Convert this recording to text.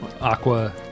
Aqua